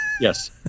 Yes